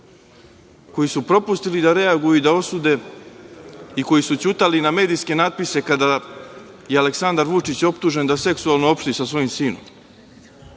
koji su propustili da reaguju i da osude i koji su ćutali na medijske natpise kada je Aleksandar Vučić optužen da seksualno opšti sa svojim sinom.U